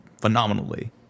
phenomenally